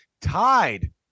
tied